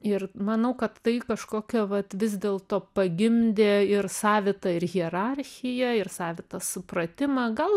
ir manau kad tai kažkokią vat vis dėlto pagimdė ir savitą ir hierarchiją ir savitą supratimą gal